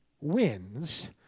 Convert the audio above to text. wins